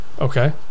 Okay